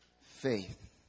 faith